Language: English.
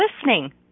listening